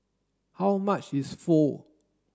how much is Pho